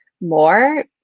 more